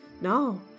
no